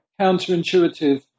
counterintuitive